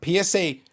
PSA